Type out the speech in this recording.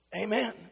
Amen